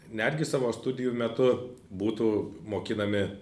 netgi savo studijų metu būtų mokinami